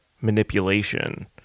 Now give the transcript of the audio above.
manipulation